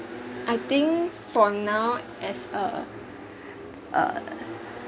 I think for now as a uh